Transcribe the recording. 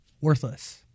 worthless